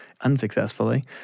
unsuccessfully